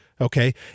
okay